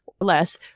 Less